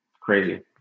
crazy